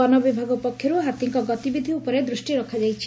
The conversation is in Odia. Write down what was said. ବନବିଭାଗ ପକ୍ଷରୁ ହାତୀଙ୍କ ଗତିବିଧି ଉପରେ ଦୃଷ୍କି ରଖାଯାଇଛି